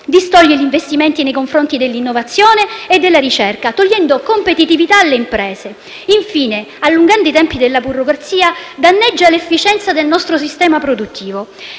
distoglie gli investimenti nei confronti dell'innovazione e della ricerca, togliendo competitività alle imprese. Infine, allungando i tempi della burocrazia, danneggia l'efficienza del nostro sistema produttivo.